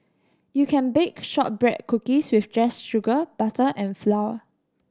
you can bake shortbread cookies with just sugar butter and flour